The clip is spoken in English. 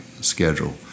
schedule